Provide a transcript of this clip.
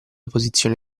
posizione